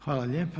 Hvala lijepa.